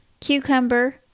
cucumber